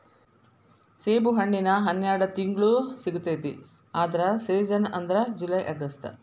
ಸೇಬುಹಣ್ಣಿನ ಹನ್ಯಾಡ ತಿಂಗ್ಳು ಸಿಗತೈತಿ ಆದ್ರ ಸೇಜನ್ ಅಂದ್ರ ಜುಲೈ ಅಗಸ್ಟ